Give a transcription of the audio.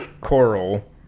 Coral